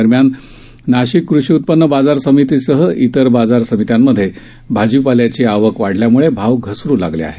दरम्यान नाशिक कृषी उत्पन्न बाजार समितीसह इतर बाजार समित्यांमध्ये भाजीपाल्याची आवक वाढल्यामुळे भाव घसरू लागले आहेत